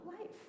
life